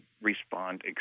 respond